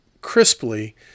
crisply